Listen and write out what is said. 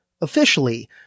officially